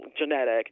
genetic